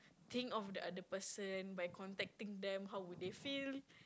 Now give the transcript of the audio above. think of the other person by contacting them how would they feel